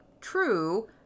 true